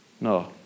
No